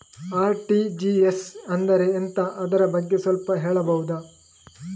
RTGS ಅಂದ್ರೆ ಎಂತ ಅದರ ಬಗ್ಗೆ ಸ್ವಲ್ಪ ಹೇಳಬಹುದ?